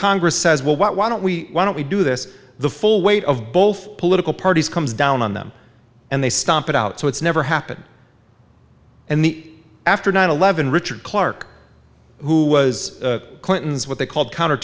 congress says well what why don't we why don't we do this the full weight of both political parties comes down on them and they stomp it out so it's never happened and the after nine eleven richard clarke who was clinton's what they called counter